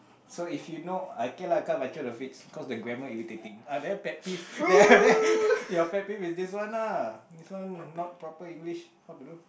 so if you know okay lah come I try to fix cause the grammar irritating ah there pet peeve there your pet peeve is this one lah this one not proper English how to do